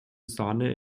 sahne